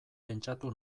pentsatu